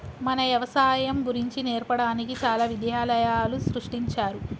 మన యవసాయం గురించి నేర్పడానికి చాలా విద్యాలయాలు సృష్టించారు